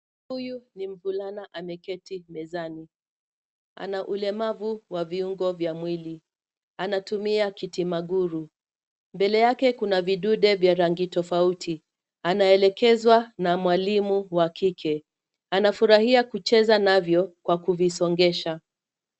Huyu ni mvulana ameketi mezani. Ana ulemavu wa viungo vya mwili. Anatumia kiti maguru. Mbele yake kuna vidude vya rangi tofauti. Anaelekezwa na mwalimu wa kike. Anafurahia kucheza navyo kwa kuvisongesha.